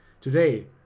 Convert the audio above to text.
Today